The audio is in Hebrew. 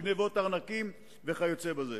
גנבת ארנקים וכיוצא בזה.